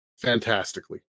fantastically